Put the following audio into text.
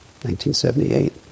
1978